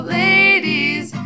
ladies